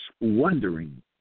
wondering